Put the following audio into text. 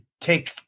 take